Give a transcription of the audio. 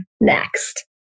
next